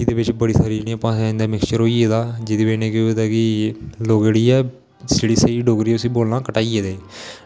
एह्दे बिच्च बड़ी सारी भाशां च जेह्ड़ियां मिकस्चर होई गेदा जेह्दी बजह कन्नै केह् होए दा केह् लोग जेह्ड़ी ऐ स्हेई डोगरी ऐ लोग उस्सी बोलना घटाई गेदे